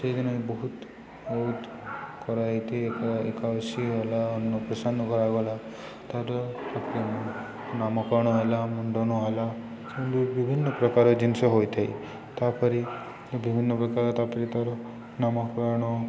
ସେଇଦିନ ବହୁତ ବହୁତ କରା ହେଇଥାଏ ଏକ ଏକଉଶିଆ ହେଲା ଅନ୍ନପସନ୍ନ କରାଗଲା ତା'ର ନାମକରଣ ହେଲା ମୁଣ୍ଡନ ହେଲା ବିଭିନ୍ନ ପ୍ରକାର ଜିନିଷ ହୋଇଥାଏ ତାପରେ ବିଭିନ୍ନ ପ୍ରକାର ତାପରେ ତା'ର ନାମକରଣ